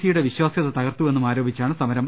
C യുടെ വിശ്വാസൃത തകർത്തുവെന്നും ആരോപിച്ചാണ് സമരം